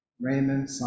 Raymond